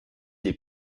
des